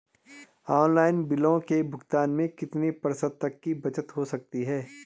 Online बिलों के भुगतान में कितने प्रतिशत तक की बचत हो सकती है?